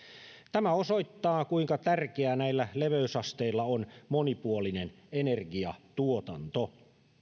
tämä osoittaa kuinka tärkeää näillä leveysasteilla on monipuolinen energiantuotanto